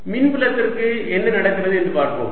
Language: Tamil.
மின்புலத்திற்கு என்ன நடக்கிறது என்று பார்ப்போம்